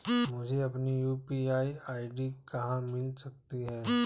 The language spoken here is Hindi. मुझे अपनी यू.पी.आई आई.डी कहां मिल सकती है?